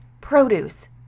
produce